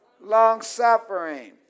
Long-suffering